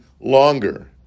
longer